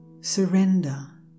surrender